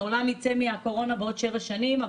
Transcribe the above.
העולם ייצא מהקורונה בעוד שבע שנים,